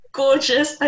gorgeous